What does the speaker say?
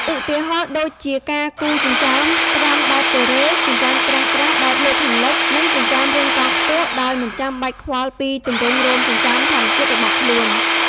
ឧទាហរណ៍ដូចជា ការគូរចិញ្ចើមត្រង់បែបកូរ៉េ ចិញ្ចើមក្រាស់ៗបែបលោកខាងលិច និងចិញ្ចើមរាងកោងខ្ពស់ ដោយមិនចាំបាច់ខ្វល់ពីទម្រង់រោមចិញ្ចើមធម្មជាតិរបស់ខ្លួន។